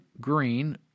green